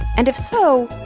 and if so,